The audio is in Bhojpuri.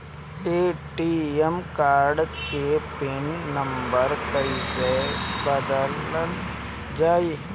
ए.टी.एम कार्ड के पिन नम्बर कईसे बदलल जाई?